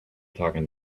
talking